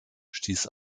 stieß